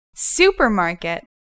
Supermarket